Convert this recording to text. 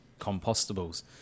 compostables